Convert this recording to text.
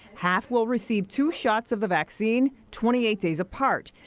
half will receive two shots of the vaccine twenty eight days apart.